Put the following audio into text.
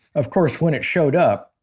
of course when it showed up,